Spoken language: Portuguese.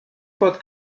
pode